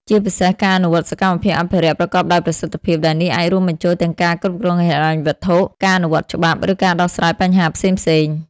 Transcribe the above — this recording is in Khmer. ជាពិសេសការអនុវត្តសកម្មភាពអភិរក្សប្រកបដោយប្រសិទ្ធភាព ដែលនេះអាចរួមបញ្ចូលទាំងការគ្រប់គ្រងហិរញ្ញវត្ថុ ការអនុវត្តច្បាប់ ឬការដោះស្រាយបញ្ហាផ្សេងៗ។